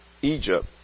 Egypt